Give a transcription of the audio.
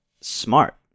smart